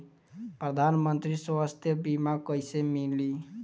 प्रधानमंत्री स्वास्थ्य बीमा कइसे मिली?